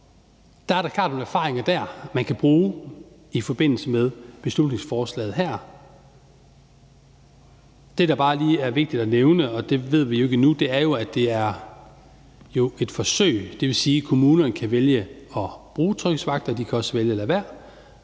der er da klart nogle erfaringer dér, man kan bruge i forbindelse med beslutningsforslaget her. Det, der bare lige er vigtigt at nævne, og det ved vi jo ikke endnu, er, at det er et forsøg. Det vil sige, at kommunerne kan vælge at bruge tryghedsvagter, og at de også kan vælge at lade være.